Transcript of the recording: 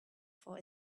for